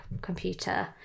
computer